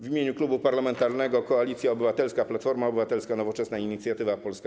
W imieniu Klubu Parlamentarnego Koalicja Obywatelska - Platforma Obywatelska, Nowoczesna, Inicjatywa Polska,